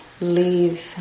leave